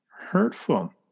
hurtful